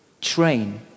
Train